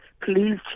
please